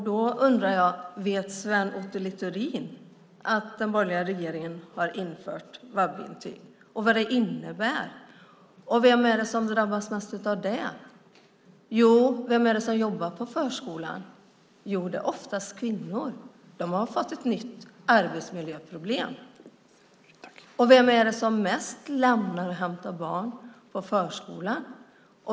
Då undrar jag: Vet Sven Otto Littorin att den borgerliga regeringen har infört VAB-intyg och vad det innebär? Vem är det som drabbas mest av det? Jo, vem är det som jobbar på förskolan? Jo, det är oftast kvinnor. De har fått ett nytt arbetsmiljöproblem. Och vem är det som mest lämnar och hämtar barn på förskolan?